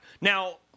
Now